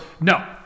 no